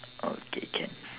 okay can